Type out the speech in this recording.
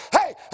hey